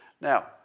Now